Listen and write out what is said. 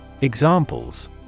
Examples